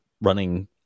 running